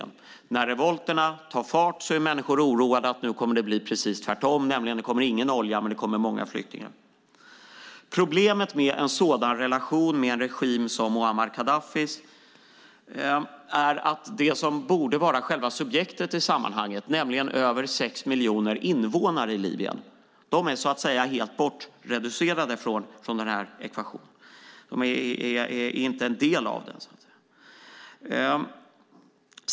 När revolterna tar fart oroar sig människor för att det ska bli precis tvärtom, nämligen att det inte kommer någon olja men många flyktingar. Problemet med en sådan relation med en regim som Muammar Gaddafis är att det som borde vara själva subjektet i sammanhanget, nämligen Libyens över 6 miljoner invånare, är helt bortreducerade från denna ekvation och inte en del av den.